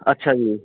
ਅੱਛਾ ਜੀ